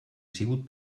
sigut